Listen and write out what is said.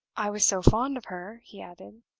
i was so fond of her, he added,